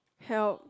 help